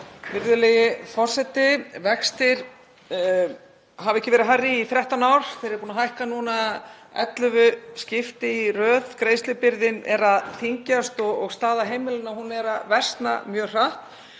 Virðulegi forseti. Vextir hafa ekki verið hærri í 13 ár. Þeir eru búnir að hækka núna 11 skipti í röð. Greiðslubyrðin er að þyngjast og staða heimilanna er að versna mjög hratt.